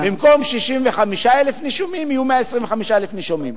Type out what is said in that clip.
במקום 65,000 נישומים יהיו 125,000 נישומים.